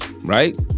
right